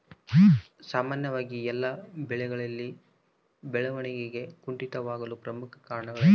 ಸಾಮಾನ್ಯವಾಗಿ ಎಲ್ಲ ಬೆಳೆಗಳಲ್ಲಿ ಬೆಳವಣಿಗೆ ಕುಂಠಿತವಾಗಲು ಪ್ರಮುಖ ಕಾರಣವೇನು?